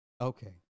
okay